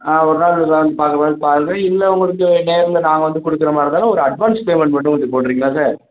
ஒரு நாள் இதெல்லாம் வந்து பார்க்குற மாதிரி வந்து பாருங்க இல்லலை உங்களுக்கு நேரில் நாங்கள் வந்து கொடுக்குற மாதிரி இருந்தாலும் ஒரு அட்வான்ஸ் பேமெண்ட் மட்டும் கொஞ்சம் போட்டுறீங்களா சார்